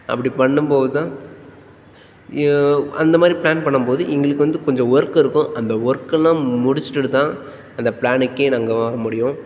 அப்படி பண்ணும் போது தான் அந்த மாதிரி ப்ளான் பண்ணும் போது எங்களுக்கு வந்து கொஞ்சம் ஒர்க் இருக்கும் அந்த ஒர்க்கெல்லாம் முடிச்சுடுட்டு தான் அந்த ப்ளானுக்கே நாங்கள் வர முடியும்